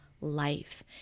life